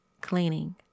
cleaning